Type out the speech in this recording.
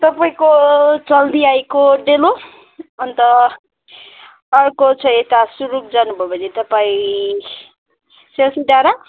तपाईँको चल्दी आइको डेलो अनि त अर्को चाहिँ यता सुरुक जानुभयो भने तपाईँ सेल्फी डाँडा